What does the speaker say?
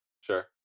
sure